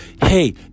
Hey